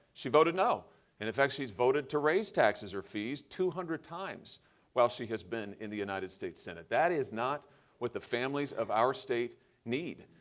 she voted no and in fact she's voted to raise taxes or fees two hundred times while she has been in the united states senate. that is not what the families of our state need,